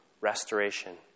restoration